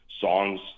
songs